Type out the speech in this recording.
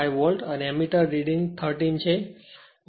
5 volt અને ammeter reading 13 છે